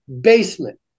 basement